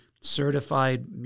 certified